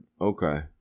Okay